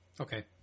Okay